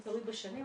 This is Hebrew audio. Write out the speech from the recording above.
זה תלוי בשנים,